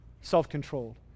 self-controlled